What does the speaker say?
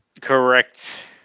Correct